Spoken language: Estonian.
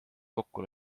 kokku